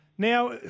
Now